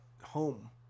home